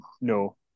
no